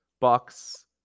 Bucks